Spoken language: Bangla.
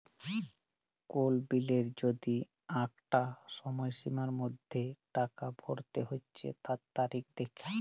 কোল বিলের যদি আঁকটা সময়সীমার মধ্যে টাকা ভরতে হচ্যে তার তারিখ দ্যাখা